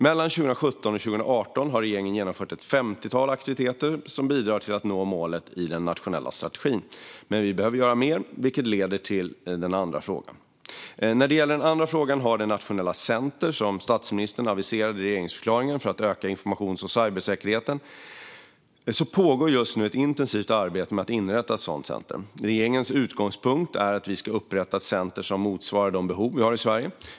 Mellan 2017 och 2018 har regeringen genomfört ett femtiotal aktiviteter som bidrar till att nå målen i den nationella strategin. Men vi behöver göra mer, vilket leder till den andra frågan. När det gäller den andra frågan om det nationella center som statsministern aviserade i regeringsförklaringen för att öka informations och cybersäkerheten pågår just nu ett intensivt arbete med att inrätta ett sådant center. Regeringens utgångspunkt är att vi ska upprätta ett center som motsvarar de behov vi har i Sverige.